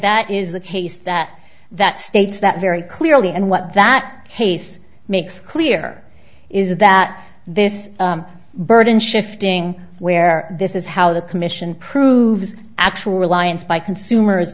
that is the case that that states that very clearly and what that case makes clear is that this burden shifting where this is how the commission proves actual reliance by consumers